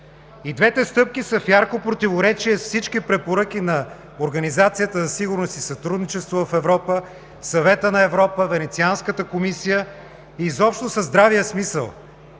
И двете стъпки са в ярко противоречие с всички препоръки на Организацията за сигурност и сътрудничество в Европа, Съвета на Европа, Венецианската комисия, изобщо със здравия смисъл.